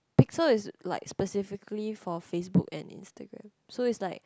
pixel is like specifically for Facebook and Instagram so is like